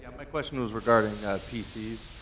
my question was regarding pcs.